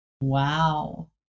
Wow